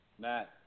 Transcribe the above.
Matt